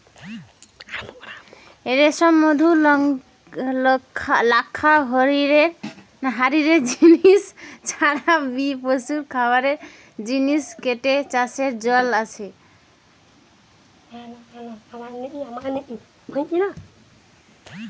রেশম, মধু, লাক্ষা হারির জিনে ছাড়া বি পশুর খাবারের জিনে কিট চাষের চল আছে